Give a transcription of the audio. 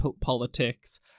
politics